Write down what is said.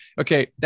okay